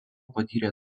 patyrė